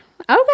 okay